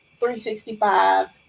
365